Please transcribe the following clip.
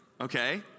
okay